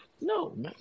no